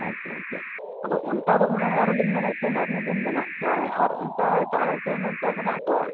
ᱟᱪᱪᱷᱟ ᱟᱪᱪᱷᱟ ᱚᱱᱠᱟ ᱫᱚ ᱦᱩᱱᱟᱹᱝ ᱟᱨᱞᱤᱧ ᱢᱮᱱᱮᱫ ᱛᱟᱦᱮᱱ ᱟᱹᱵᱤᱱ ᱨᱮᱱ ᱢᱮᱱᱟᱜ ᱠᱚᱣᱟ ᱟᱨ ᱚᱱᱠᱟ ᱮᱴᱟᱜ ᱦᱚᱲ ᱠᱚᱨᱮᱱ ᱚᱱᱠᱟ ᱢᱮᱱᱟᱜ ᱠᱚᱣᱟ